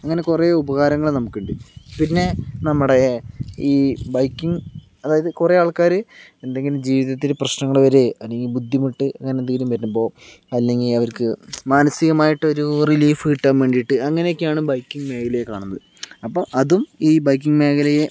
അങ്ങനെ കുറെ ഉപകാരങ്ങള് നമുക്ക് ഉണ്ട് പിന്നെ നമ്മടെ ഈ ബൈക്കിംഗ് അതായത് കുറെ ആൾക്കാര് എന്തെങ്കിലും ജീവിതത്തില് പ്രശ്നങ്ങള് വരേ അല്ലെങ്കില് ബുദ്ധിമുട്ട് അങ്ങനെ എന്തെങ്കിലും വരുമ്പോൾ അല്ലെങ്കി അവർക്ക് മാനസികമായിട്ട് ഒരു റിലീഫ് കിട്ടാൻ വേണ്ടിട്ട് അങ്ങനെ ഒക്കെ ആണ് ബൈക്കിംഗ് മേഖലയിൽ കാണുന്നത് അപ്പോൾ അതും ഈ ബൈക്കിംഗ് മേഖലയെ